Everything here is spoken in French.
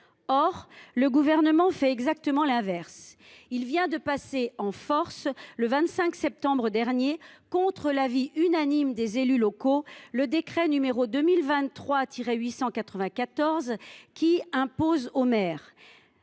Or le Gouvernement fait exactement l’inverse. Il vient de passer en force le 25 septembre dernier, contre l’avis unanime des élus locaux, le décret n° 2023 894 qui impose aux maires